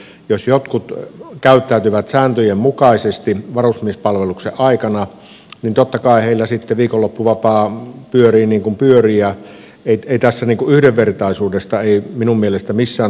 jos jotkut käyttäytyvät sääntöjen mukaisesti varusmiespalveluksen aikana niin totta kai heillä sitten viikonloppuvapaa pyörii niin kuin pyörii ja ei tässä yhdenvertaisuudesta minun mielestäni missään tapauksessa voi puhua